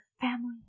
family